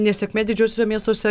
nesėkmė didžiuosiuose miestuose